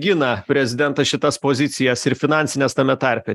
gina prezidentas šitas pozicijas ir finansines tame tarpe